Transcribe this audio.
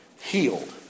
healed